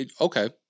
okay